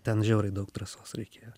ten žiauriai daug drąsos reikėjo